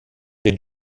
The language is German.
den